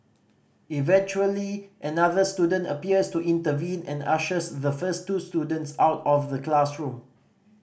eventually another student appears to intervene and ushers the first two students out of the classroom